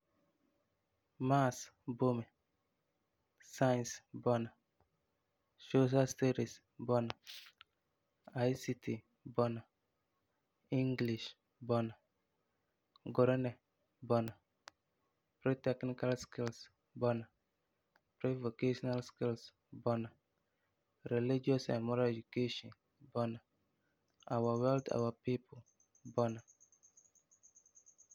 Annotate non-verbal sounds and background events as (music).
Maths, boi mɛ, science bɔna, social studies bɔna, (noise) ICT bɔna, English bɔna, Gurenɛ bɔna, pre-technical skills bɔna, pre-vocational skills bɔna, Religious and Moral Education bɔna, our world our people bɔna.